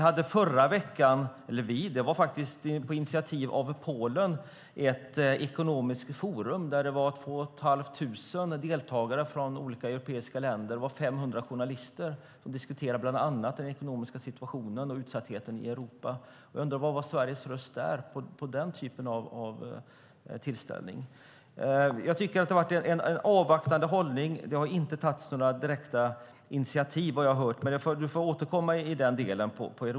På initiativ av Polen hölls det i förra veckan ett ekonomiskt forum med 2 500 deltagare från olika europeiska länder och 500 journalister. Man diskuterade bland annat den ekonomiska situationen och utsattheten i Europa. Vad var Sveriges röst på denna typ av tillställning? Jag tycker att det har varit en avvaktande hållning. Det har inte tagits några direkta initiativ på Europanivå vad jag har hört. Men Maria Larsson får återkomma i den delen.